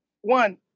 one